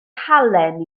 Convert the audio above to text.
halen